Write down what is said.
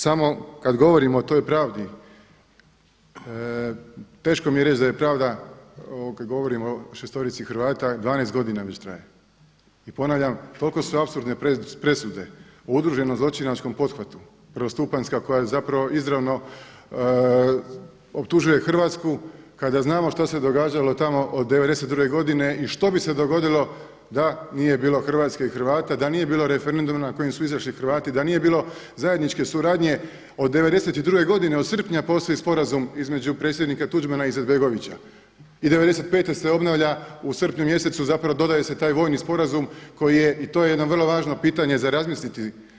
Samo kad govorim o toj pravdi teško mi je reći da je pravda kada govorimo o šestorici Hrvata 12 godina već traje i ponavljam, toliko su apsurdne presude u udruženom zločinačkom pothvatu prvostupanjska koja zapravo izravno optužuje Hrvatsku kada znamo šta se događalo tamo od '92. godine i što bi se dogodilo da nije bilo Hrvatske i Hrvata, da nije bilo referenduma na koji su izašli Hrvati, da nije bilo zajedničke suradnje od '92. godine od srpnja postoji sporazum između predsjednika Tuđmana i Izetbegovića i '95. se obnavlja u srpnju, zapravo dodaje se taj vojni sporazum koji je i to je jedno vrlo važno pitanje za razmisliti.